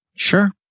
Sure